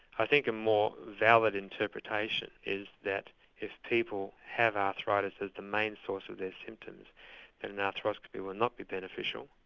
i think a more valid interpretation is that if people have arthritis as the main source of their symptoms then an arthroscopy would not be beneficial.